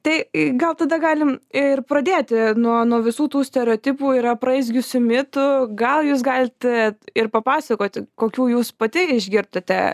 tai gal tada galim ir pradėti nuo nuo visų tų stereotipų ir apraizgiusių mitų gal jūs galit a ir papasakoti kokių jūs pati išgirtate